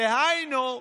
דהיינו,